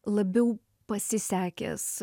labiau pasisekęs